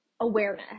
awareness